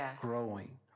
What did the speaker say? growing